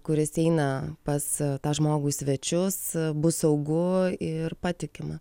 kuris eina pas tą žmogų į svečius bus saugu ir patikima